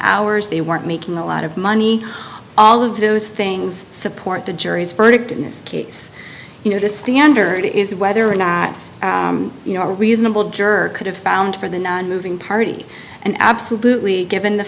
hours they weren't making a lot of money all of those things support the jury's verdict in this case you know the standard is whether or not you know a reasonable juror could have found for the nonmoving party and absolutely given the